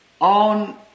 on